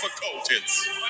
difficulties